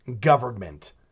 government